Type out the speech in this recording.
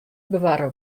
bewarre